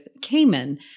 Cayman